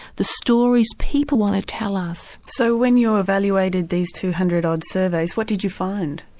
the stories people want to tell us. so when you evaluated these two hundred odd surveys, what did you find?